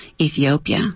Ethiopia